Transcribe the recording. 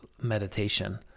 meditation